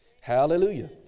Hallelujah